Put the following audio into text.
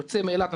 יוצא מאילת,